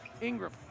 Ingram